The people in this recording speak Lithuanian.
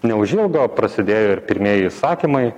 neužilgo prasidėjo ir pirmieji įsakymai